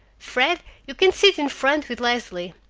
fred, you can sit in front with leslie.